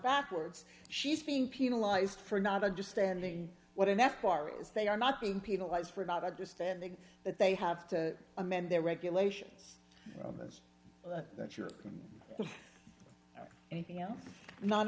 backwards she's being penalized for not understanding what an f r is they are not being penalized for not understanding that they have to amend their regulations that you're anything else not